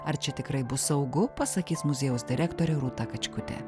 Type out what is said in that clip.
ar čia tikrai bus saugu pasakys muziejaus direktorė rūta kačkutė